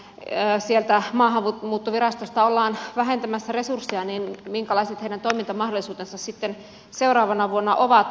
kun maahanmuuttovirastosta ollaan vähentämässä resursseja niin minkälaiset heidän toimintamahdollisuutensa sitten seuraavana vuonna ovat